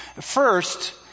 first